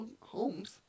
homes